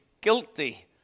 guilty